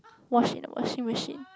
wash it in the washing machine